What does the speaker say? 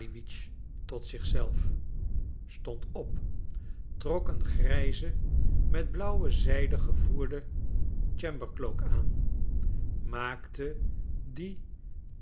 tot zich zelf stond op trok een grijzen met blauwe zijde gevoerden chambercloak aan maakte die